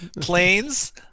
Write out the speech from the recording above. Planes